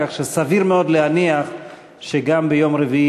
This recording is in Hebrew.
כך שסביר מאוד להניח שגם ביום רביעי